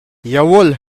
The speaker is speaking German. jawohl